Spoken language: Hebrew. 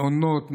מעונות,